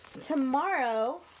tomorrow